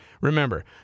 Remember